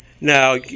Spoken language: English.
Now